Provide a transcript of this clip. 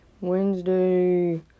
Wednesday